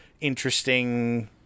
interesting